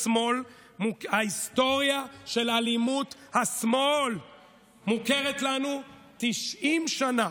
ההיסטוריה של אלימות השמאל מוכרת לנו 90 שנה.